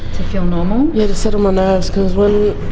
to feel normal? yeah, to settle my nerves cause when.